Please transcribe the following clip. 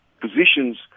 positions